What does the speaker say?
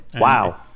Wow